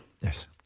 Yes